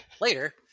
Later